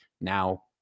now